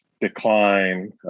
decline